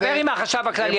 בסדר, תדבר עם החשב הכללי.